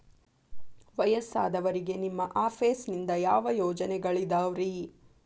ವಯಸ್ಸಾದವರಿಗೆ ನಿಮ್ಮ ಆಫೇಸ್ ನಿಂದ ಯಾವ ಯೋಜನೆಗಳಿದಾವ್ರಿ?